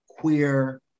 queer